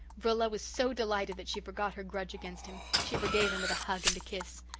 rilla was so delighted that she forgot her grudge against him. she forgave him with a hug and kiss.